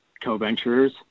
co-venturers